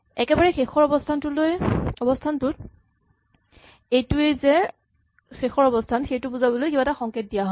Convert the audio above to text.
একেবাৰে শেষৰ অৱস্হানটোত এইটোৱেই যে শেষৰ অৱস্হান সেইটো বুজাবলে কিবা এটা সংকেত দিয়া হয়